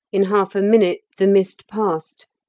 in half a minute the mist passed,